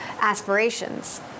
aspirations